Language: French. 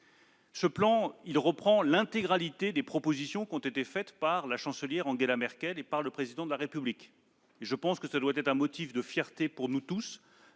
Ce plan reprend l'intégralité des propositions avancées par la Chancelière Angela Merkel et le Président de la République ; cela doit être un motif de fierté pour nous tous.